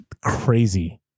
Crazy